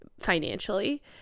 financially